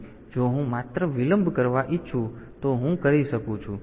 તેથી જો હું માત્ર વિલંબ કરવા ઈચ્છું તો હું કરી શકું છું